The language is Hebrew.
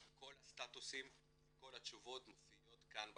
כל הסטטוסים וכל התשובות מופיעות כאן באתר.